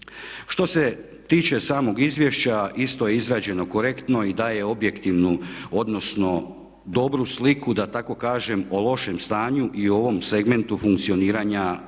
Što se tiče samog izvješća isto je izrađeno korektno i daje objektivnu odnosno dobru sliku da tako kažem o lošem stanju i o ovom segmentu funkcioniranja bivše